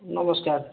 ନମସ୍କାର